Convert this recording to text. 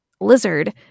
lizard